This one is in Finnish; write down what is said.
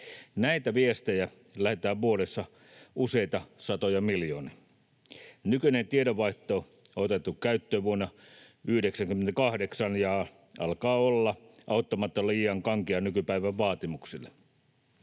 Näitä viestejä lähetetään vuodessa useita satoja miljoonia. Nykyinen tiedonvaihto on otettu käyttöön vuonna 98 ja alkaa olla auttamatta liian kankea nykypäivän vaatimuksille.